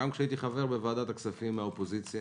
גם כשהייתי חבר מן האופוזיציה